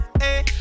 Hey